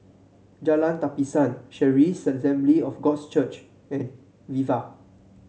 Jalan Tapisan Charis Assembly of Gods Church and Viva